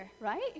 right